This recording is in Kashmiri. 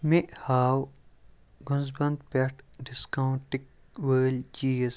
مےٚ ہاو گٔنٛزگٔن پٮ۪ٹھ ڈِسکاونٛٹٕکۍ وٲلۍ چیٖز